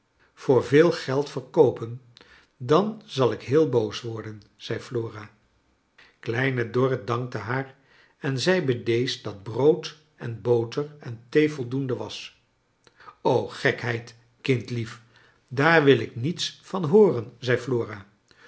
voor veel geld verkoopen dan zal ik heel boos worden zei flora kleine dorrit dankte haar en zei bedeesd dat brood en boter en thee voldoende was a gekheid kindlief daar wil ik niets van hooren zei